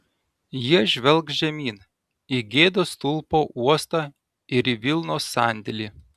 jie žvelgs žemyn į gėdos stulpo uostą ir į vilnos sandėlį